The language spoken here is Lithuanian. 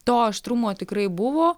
to aštrumo tikrai buvo